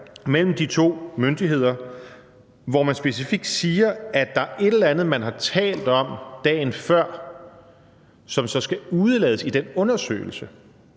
mellem de to myndigheder, hvor man specifikt siger, at der er et eller andet, man har talt om dagen før, som så skal udelades i den undersøgelse.